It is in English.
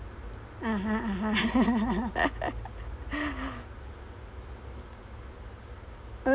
(uh huh) (uh huh)